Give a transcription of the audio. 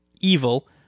evil